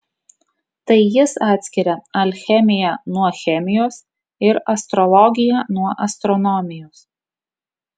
tai jis atskiria alchemiją nuo chemijos ir astrologiją nuo astronomijos